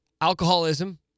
alcoholism